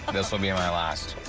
um this will be and my last.